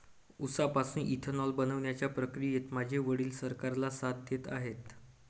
उसापासून इथेनॉल बनवण्याच्या प्रक्रियेत माझे वडील सरकारला साथ देत आहेत